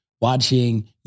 watching